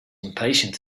impatient